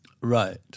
Right